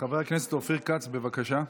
חבר הכנסת אופיר כץ, בבקשה.